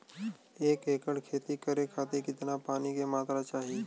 एक एकड़ खेती करे खातिर कितना पानी के मात्रा चाही?